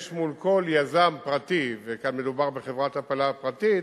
יש מול כל יזם פרטי, גם מדובר בחברת הפעלה פרטית,